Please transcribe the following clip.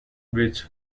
which